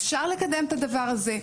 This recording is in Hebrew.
אפשר לקדם את הדבר הזה,